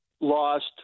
lost